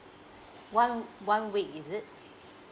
one one week is it